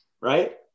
right